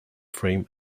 frame